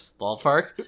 ballpark